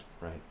right